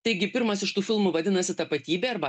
taigi pirmas iš tų filmų vadinasi tapatybė arba